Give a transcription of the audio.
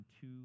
two